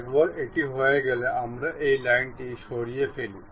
একবার এটি হয়ে গেলে আমরা এই লাইনটি সরিয়ে ফেলি